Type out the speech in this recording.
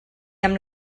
amb